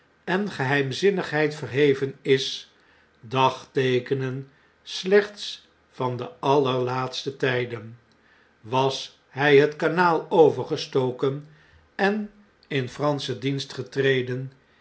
en geheimzinnigheid verheven is dagteekenen slechts van de allerlaatste tijden was hij het kanaal overgestoken en in franschen dienst getreden